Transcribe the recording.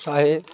ଶହେ